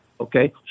Okay